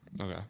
Okay